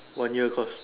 one year course